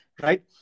right